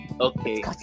Okay